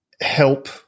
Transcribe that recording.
help